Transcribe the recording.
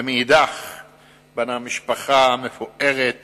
ומאידך גיסא בנה משפחה מפוארת